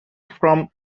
from